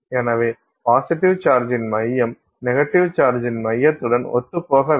எனவே பாசிட்டிவ் சார்ஜின் மையம் நெகட்டிவ் சார்ஜின் மையத்துடன் ஒத்துப்போக வேண்டும்